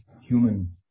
human